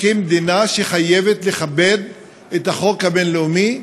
כמדינה שחייבת לכבד את החוק הבין-לאומי,